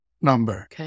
number